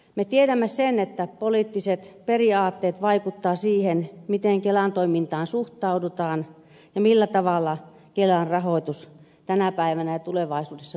me tiedämme sen että poliittiset periaatteet vaikuttavat siihen miten kelan toimintaan suhtaudutaan ja millä tavalla kelan rahoitus tänä päivänä ja tulevaisuudessa turvataan